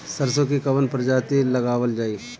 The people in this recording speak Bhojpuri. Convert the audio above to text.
सरसो की कवन प्रजाति लगावल जाई?